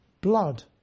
blood